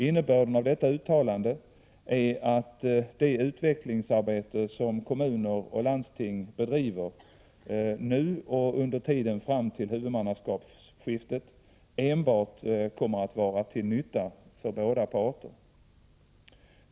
Innebörden av detta uttalande är att det utvecklingsarbete som kommuner och landsting bedriver nu och under tiden fram till huvudmannaskapsskiftet enbart kommer att vara till nytta för båda parter.